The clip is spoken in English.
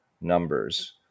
numbers